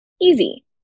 Easy